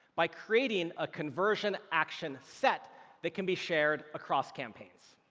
by creating a conversion action set that can be shared across campaigns.